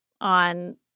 on